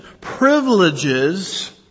Privileges